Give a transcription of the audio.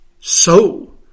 So